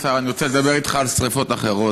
אדוני השר, אני רוצה לדבר איתך על שרפות אחרות,